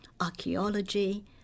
archaeology